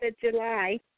July